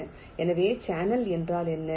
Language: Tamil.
எனவே சேனல் என்றால் என்ன